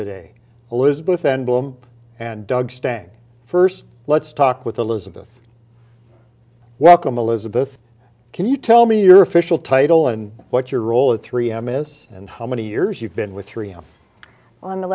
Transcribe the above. today elizabeth and bloom and doug stand first let's talk with elizabeth welcome elizabeth can you tell me your official title and what your role at three am is and how many years you've been with three up on the